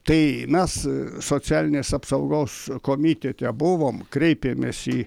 tai mes socialinės apsaugos komitete buvom kreipėmės į